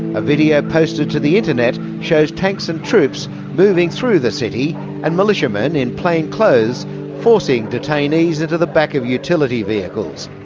a video posted to the internet shows tanks and troops moving through the city and militiamen in plain clothes forcing detainees into the back of utility vehicles.